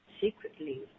secretly